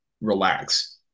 relax